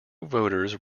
voters